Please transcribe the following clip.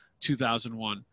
2001